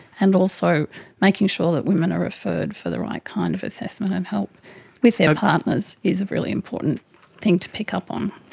and also making sure that women are referred for the right kind of assessment and help with their partners is a really important thing to pick up um